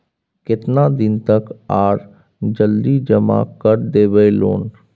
केतना दिन तक आर सर जल्दी जमा कर देबै लोन?